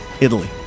italy